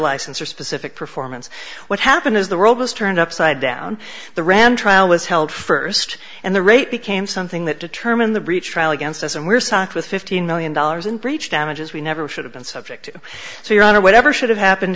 license or specific performance what happened is the world was turned upside down the rand trial was held first and the rate became something that determine the breach trial against us and we're stuck with fifteen million dollars in breach damages we never should have been subject so your honor whatever should have happened